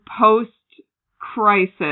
post-crisis